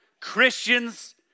Christians